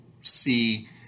see